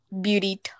Beauty